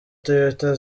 toyota